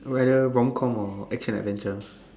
I'm at there romcom or X in adventure